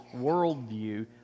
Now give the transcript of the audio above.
worldview